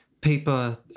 paper